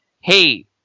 hey